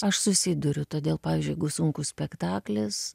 aš susiduriu todėl pavyzdžiui jeigu sunkus spektaklis